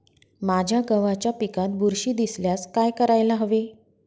माझ्या गव्हाच्या पिकात बुरशी दिसल्यास काय करायला हवे?